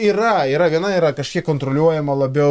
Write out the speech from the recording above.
yra yra viena yra kažkiek kontroliuojama labiau